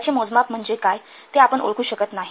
त्याचे मोजमाप म्हणजे काय ते आपण ओळखू शकत नाही